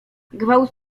gwałt